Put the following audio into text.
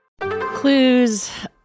Clues